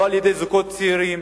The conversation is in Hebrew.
לא על-ידי זוגות צעירים,